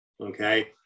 Okay